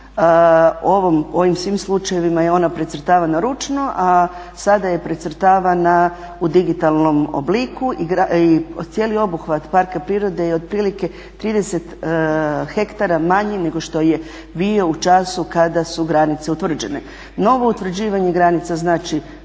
u ovim svim slučajevima je ona precrtavana ručno a sada je precrtavana u digitalnom obliku i cijeli obuhvat parka prirode je otprilike 30 hektara manji nego što je bio u času kada su granice utvrđene. Novo utvrđivanje granica znači